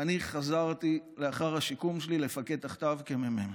ואני חזרתי, לאחר השיקום שלי, לפקד תחתיו כמ"מ.